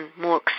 more